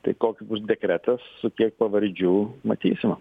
tai koks bus dekretas su tiek pavardžių matysim